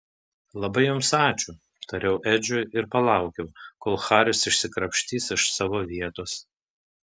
labai jums ačiū tariau edžiui ir palaukiau kol haris išsikrapštys iš savo vietos